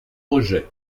rejets